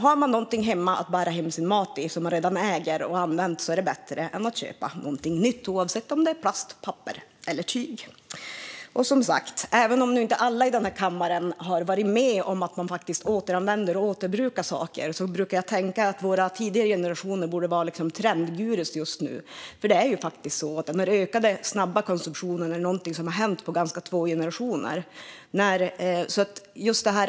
Har man något hemma att bära hem sin mat i som man redan äger och har använt är det bättre än att köpa något nytt, oavsett om det är plast, papper eller tyg. Även om inte alla i kammaren har varit med om att återanvända och återbruka saker brukar jag tänka att våra tidigare generationer borde vara trendguruer just nu. Den ökade snabba konsumtionen är något som har hänt på två generationer.